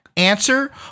answer